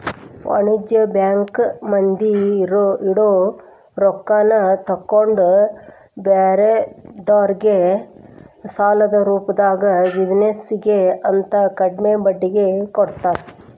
ವಾಣಿಜ್ಯ ಬ್ಯಾಂಕ್ ಮಂದಿ ಇಡೊ ರೊಕ್ಕಾನ ತಗೊಂಡ್ ಬ್ಯಾರೆದೊರ್ಗೆ ಸಾಲದ ರೂಪ್ದಾಗ ಬಿಜಿನೆಸ್ ಗೆ ಅಂತ ಕಡ್ಮಿ ಬಡ್ಡಿಗೆ ಕೊಡ್ತಾರ